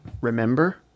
Remember